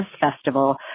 Festival